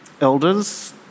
elders